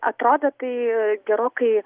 atrodo tai gerokai